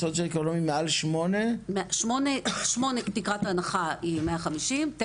שמונה תקרת ההנחה היא 150,000 שקלים,